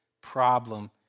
problem